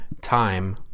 time